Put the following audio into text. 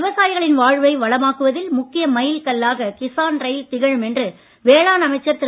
விவசாயிகளின் வாழ்வை வளமாக்குவதில் முக்கிய மைல் கல்லாக கிசான் ரயில் திகழும் என்று வேளாண் அமைச்சர் திரு